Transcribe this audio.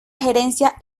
gerencia